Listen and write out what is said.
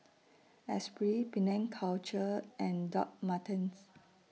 Esprit Penang Culture and Doc Martens